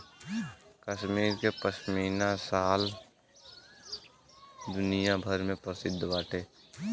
कश्मीर के पश्मीना शाल दुनिया भर में प्रसिद्ध बाटे